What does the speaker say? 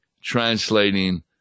translating